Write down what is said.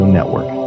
Network